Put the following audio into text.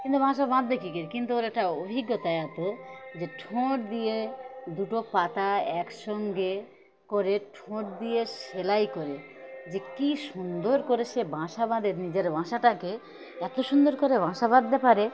কিন্তু বাসা বাঁধবে কী কী কিন্তু ওর একটা অভিজ্ঞতা এতো যে ঠোঁট দিয়ে দুটো পাতা একসঙ্গে করে ঠোঁট দিয়ে সেলাই করে যে কী সুন্দর করে সে বাসা বাঁধে নিজের বাসাটাকে এত সুন্দর করে বাসা বাঁধতে পারে